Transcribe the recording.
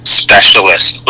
specialist